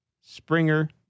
Springer